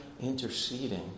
interceding